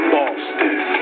Boston